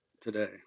today